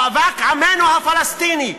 מאבק עמנו הפלסטיני,